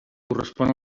correspon